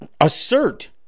assert